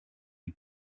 les